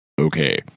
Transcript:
okay